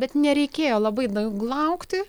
bet nereikėjo labai daug laukti